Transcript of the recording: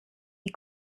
die